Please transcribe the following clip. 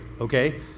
okay